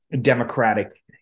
democratic